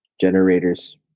generators